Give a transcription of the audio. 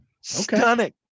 Stunning